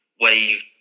wave